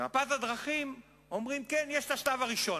במפת הדרכים אומרים: כן, יש השלב הראשון.